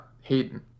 Hayden